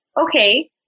okay